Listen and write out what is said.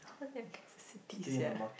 course have necessity sia